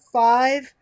five